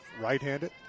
Right-handed